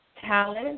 talent